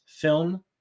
film